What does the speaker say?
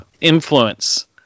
influence